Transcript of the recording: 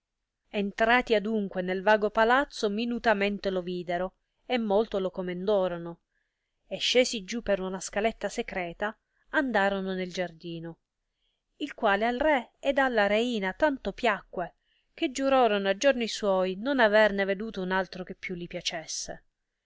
entrati adunque nel vago palazzo minutamente lo videro e molto lo comendorono e scesi giù per una scaletta secreta andorono nel giardino il quale al re ed alla reina tanto piacque che giurorono a giorni suoi non averne veduto un altro che più li piacesse